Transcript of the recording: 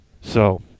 So-